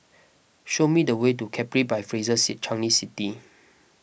show me the way to Capri by Fraser Changi City